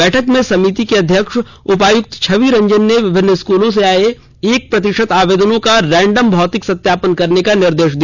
बैठक में समिति के अध्यक्ष उपायुक्त छवि रंजन ने विभिन्न स्कूलों से आये एक प्रतिशत आवेदनों का रैंडम भौतिक सत्यापन करने का निर्देश दिया